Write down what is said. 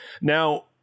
Now